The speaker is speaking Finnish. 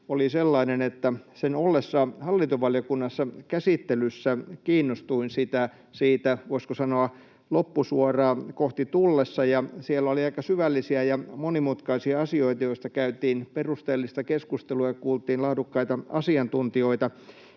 oli sellainen, että sen ollessa hallintovaliokunnassa käsittelyssä kiinnostuin siitä, voisiko sanoa, loppusuoraa kohti tultaessa, ja siellä oli aika syvällisiä ja monimutkaisia asioita, joista käytiin perusteellista keskustelua ja kuultiin laadukkaita asiantuntijoita.